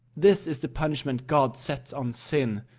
this is the punishment god sets on sin.